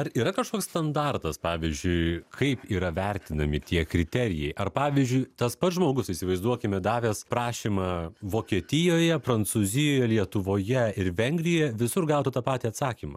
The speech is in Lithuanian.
ar yra kažkoks standartas pavyzdžiui kaip yra vertinami tie kriterijai ar pavyzdžiui tas pats žmogus įsivaizduokime davęs prašymą vokietijoje prancūzijoje lietuvoje ir vengrijoje visur gautų tą patį atsakymą